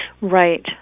Right